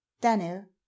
daniel